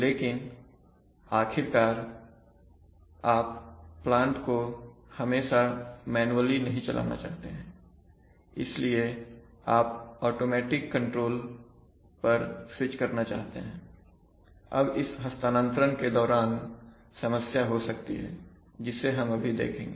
लेकिन आखिरकार आप प्लांट को हमेशा मैनुअली नहीं चलाना चाहते हैं इसलिए आप ऑटोमेटिक कंट्रोल पर स्विच करना चाहते हैं अब इस हस्तांतरण के दौरान समस्या हो सकती है जिसे हम अभी देखेंगे